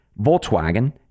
Volkswagen